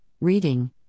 reading